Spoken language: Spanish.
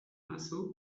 brazos